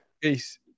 Peace